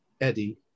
Eddie